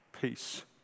peace